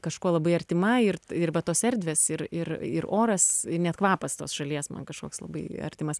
kažkuo labai artima ir ir vat tos erdvės ir ir ir oras ir net kvapas tos šalies man kažkoks labai artimas